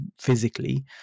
physically